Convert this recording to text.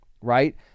right